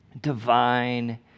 divine